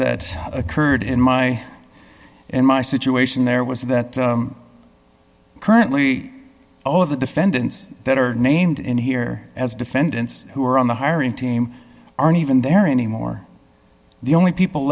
that occurred in my in my situation there was that currently all of the defendants that are named in here as defendants who are on the hiring team aren't even there anymore the only people